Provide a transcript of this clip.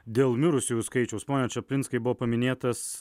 dėl mirusiųjų skaičiaus pone čaplinskai buvo paminėtas